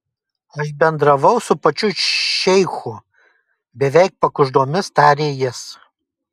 aš bendravau su pačiu šeichu beveik pakuždomis tarė jis